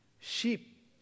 sheep